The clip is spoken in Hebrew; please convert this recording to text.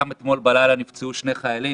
גם אתמול בלילה נפצעו שני חיילים,